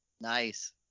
Nice